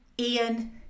Ian